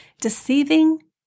deceiving